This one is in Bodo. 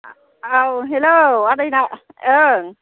औ हेल' आदैनाव ओं